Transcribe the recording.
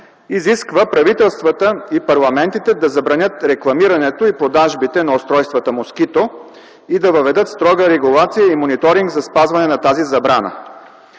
изисква правителствата и парламентите да забранят рекламирането и продажбите на устройствата „Москито” и да въведат строга регулация и мониторинг за спазването на тази забрана.